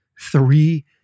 Three